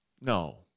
No